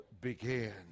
began